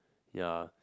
ya